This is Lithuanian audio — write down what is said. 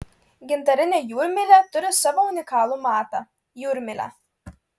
gintarinė jūrmylė turi savo unikalų matą jūrmylę